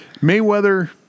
Mayweather